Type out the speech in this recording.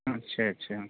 अच्छा अच्छा